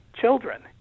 children